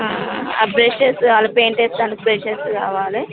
ఆ బ్రషెస్ కావాలి పెయింటేస్తానికి బ్రషెస్ కావాలి